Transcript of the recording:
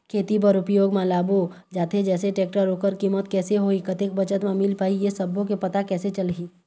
खेती बर उपयोग मा लाबो जाथे जैसे टेक्टर ओकर कीमत कैसे होही कतेक बचत मा मिल पाही ये सब्बो के पता कैसे चलही?